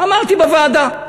אמרתי בוועדה.